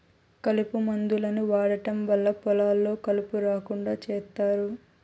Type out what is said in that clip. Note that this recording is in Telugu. కలుపు మందులను వాడటం వల్ల పొలాల్లో కలుపు రాకుండా చేత్తారు